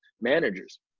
managers